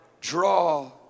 draw